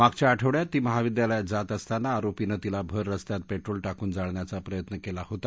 मागच्या आठवङ्यात ती महाविद्यालयात जात असताना आरोपीनं तिला भर रस्त्यात पेट्रोल टाकून जाळण्याचा प्रयत्न केला होता